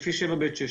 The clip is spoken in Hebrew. לפי 7(ב)(6),